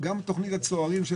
תוכנית הצוערים: